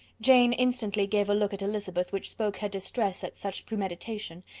jane instantly gave a look at elizabeth which spoke her distress at such premeditation,